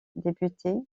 député